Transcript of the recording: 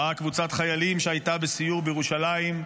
ראה קבוצת חיילים שהייתה בסיור בירושלים,